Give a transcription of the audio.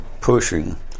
pushing